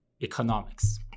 economics